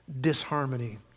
disharmony